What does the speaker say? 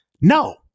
No